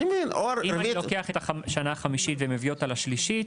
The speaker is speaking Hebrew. אני מבין --- אם אני לוקח את השנה החמישית ומביא אותו לשלישית